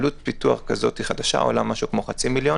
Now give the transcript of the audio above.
עלות פיתוח כזאת חדשה עולה משהו כמו חצי מיליון,